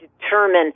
determine